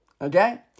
Okay